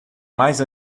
mais